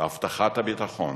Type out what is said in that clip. בהבטחת הביטחון